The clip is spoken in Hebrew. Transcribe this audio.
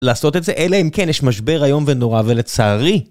לעשות את זה אלה אם כן יש משבר היום בנורא ולצערי